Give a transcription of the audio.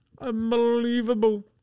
Unbelievable